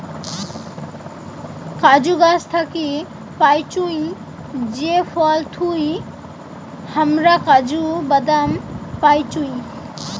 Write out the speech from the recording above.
কাজু গাছ থাকি পাইচুঙ যে ফল থুই হামরা কাজু বাদাম পাইচুং